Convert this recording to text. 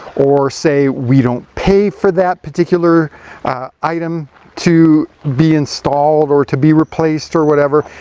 or say we don't pay for that particular item to be installed, or to be replaced or whatever,